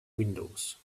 windows